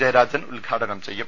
ജയരാജൻ ഉദ്ഘാടനം ചെയ്യും